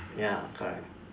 ya correct